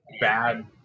bad